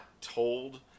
told